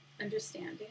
understanding